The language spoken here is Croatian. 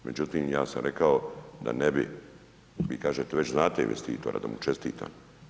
Međutim, ja sam rekao da ne bi, vi kažete već znate investitora da mu čestitam.